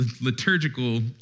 liturgical